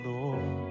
Lord